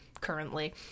currently